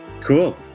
cool